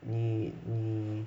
你你